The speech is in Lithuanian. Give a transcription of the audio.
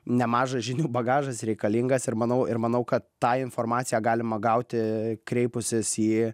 nemažas žinių bagažas reikalingas ir manau ir manau kad tą informaciją galima gauti kreipusis į